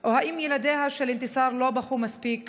או האם ילדיה של אנתסאר לא בכו מספיק